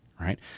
Right